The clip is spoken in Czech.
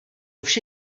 vše